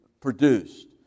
produced